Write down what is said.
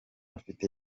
afite